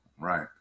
right